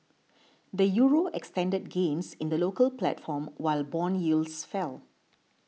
the Euro extended gains in the local platform while bond yields fell